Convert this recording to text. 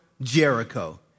Jericho